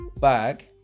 bag